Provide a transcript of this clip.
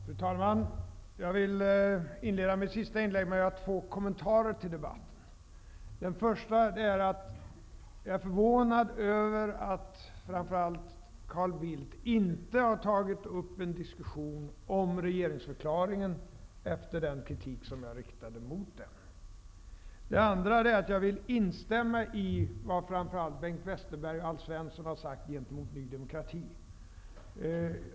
Fru talman! Jag vill inleda mitt sista inlägg med att ge ett par kommentarer till debatten. För det första är jag är förvånad över att framför allt Carl Bildt inte har tagit upp någon diskussion om regeringsförklaringen med tanke på den kritik jag har riktat mot den. För det andra vill jag instämma i vad framför allt Bengt Westerberg och Alf Svensson har sagt gentemot Ny demokrati.